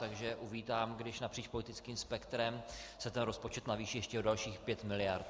Takže uvítám, když napříč politickým spektrem se ten rozpočet navýší ještě o dalších pět miliard.